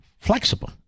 Flexible